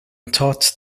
taught